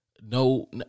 no